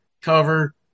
cover